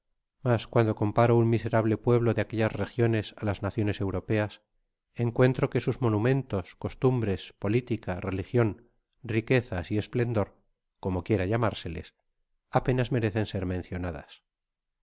mas euando comparo un miserable pueblo de aquellas reglones á las naciones europeas encuentro que sus monumentos costumbres politica religion riquezas y esv plendor como quiera llamárseles apenas merecen ser mencionadas